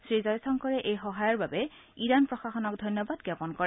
শ্ৰীজয়শংকৰে এই সহায়ৰ বাবে ইৰান প্ৰশাসনক ধন্যবাদ জাপন কৰে